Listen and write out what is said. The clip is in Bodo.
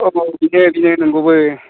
औ औ बेनो बेनो नंगौबो